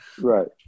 right